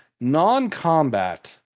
non-combat